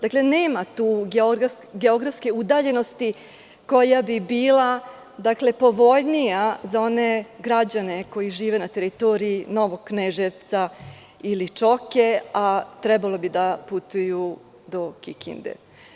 Dakle, nema tu geografske udaljenosti koja bi bila povoljnija za one građane koji žive na teritoriji Novog Kneževca ili Čoke, a trebalo bi da putuju do Kikinde.